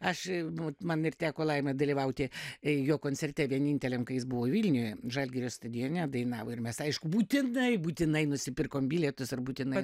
aš nu man ir teko laimė dalyvauti jo koncerte vieninteliam kai jis buvo vilniuje žalgirio stadione dainavo ir mes aišku būtinai būtinai nusipirkom bilietus ir būtinai